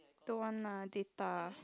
don't want lah data